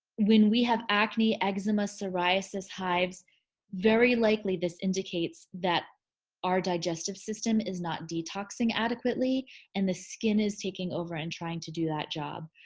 when we have acne, eczema, psoriasis, hives very likely this indicates that our digestive system is not detoxing adequately and the skin is taking over and trying to do that job.